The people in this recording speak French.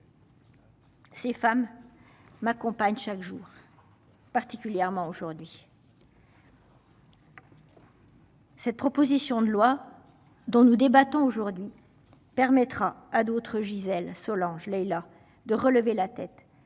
Ces femmes. M'accompagne chaque jour. Particulièrement aujourd'hui. Cette proposition de loi dont nous débattons aujourd'hui permettra à d'autres Gisèle Solange Leila de relever la tête